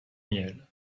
miel